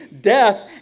death